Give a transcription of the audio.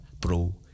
Pro